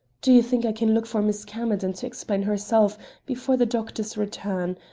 do you think i can look for miss camerden to explain herself before the doctors return,